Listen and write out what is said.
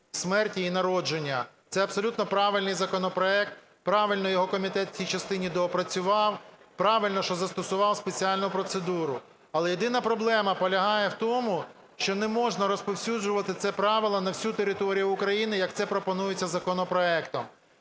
смерті і народження. Це абсолютно правильний законопроект, правильно його комітет в цій частині доопрацював, правильно, що застосував спеціальну процедуру. Але єдина проблема полягає в тому, що не можна розповсюджувати це правило на всю територію України, як це пропонується законопроектом.